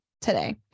Today